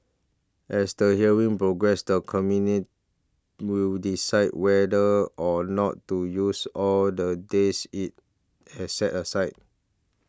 as the hearings progress the Committee will decide whether or not to use all the days it has set aside